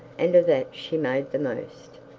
and of that she made the most.